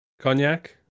Cognac